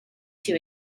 too